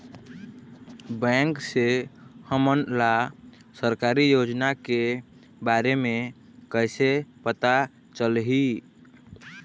Bank से हमन ला सरकारी योजना के बारे मे कैसे पता चलही?